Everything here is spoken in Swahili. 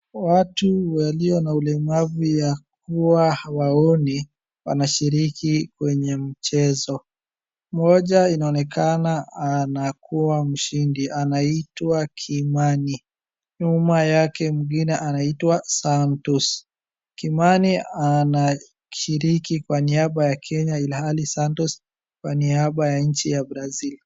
Watu walio na ulemavu wa kuwa hawaoni wanashiriki kwenye mchezo. Mmoja inaonekana anakuwa mshindi anaitwa Kimani. Nyuma yake mwingine anaitwa Santos. Kimani anashiriki kwa niaba ya Kenya ilhali Santos kwa niaba ya nchi ya Brazil .